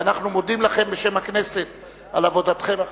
ואנחנו מודים לכם בשם הכנסת על עבודתכם החשובה.